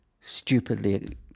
stupidly